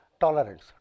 tolerance